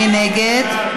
מי נגד?